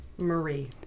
Marie